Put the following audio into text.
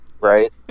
Right